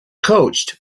coached